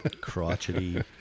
Crotchety